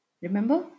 Remember